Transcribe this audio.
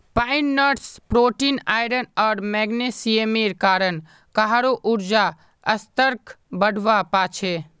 pine nuts protein, iron आर मैग्नीशियमेर कारण काहरो ऊर्जा स्तरक बढ़वा पा छे